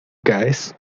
caes